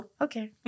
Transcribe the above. okay